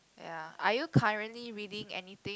ya are you currently reading anything